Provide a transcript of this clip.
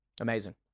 Amazing